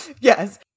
Yes